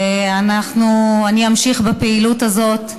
ואני אמשיך בפעילות הזאת,